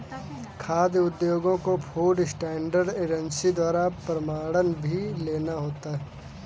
खाद्य उद्योगों को फूड स्टैंडर्ड एजेंसी द्वारा प्रमाणन भी लेना होता है